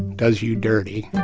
does you dirty,